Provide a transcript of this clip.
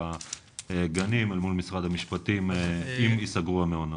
והגנים אל מול משרד המשפטים אם ייסגרו המעונות.